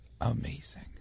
amazing